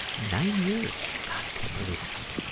nine years. god, i can't believe it's,